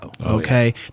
Okay